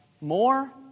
more